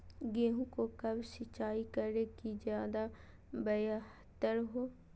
गेंहू को कब सिंचाई करे कि ज्यादा व्यहतर हो?